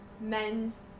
men's